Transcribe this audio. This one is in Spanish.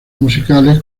musicales